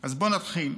אז בואו נתחיל.